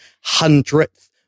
hundredth